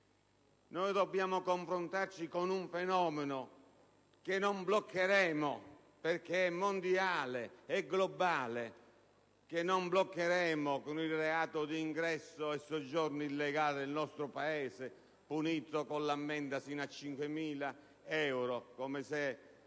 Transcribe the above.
Dobbiamo confrontarci con un fenomeno che non bloccheremo, perché è mondiale e globale, con il reato di ingresso e soggiorno illegale nel nostro Paese, punito con l'ammenda sino a 5.000 euro, come se il